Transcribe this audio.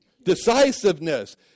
decisiveness